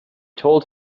told